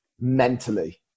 mentally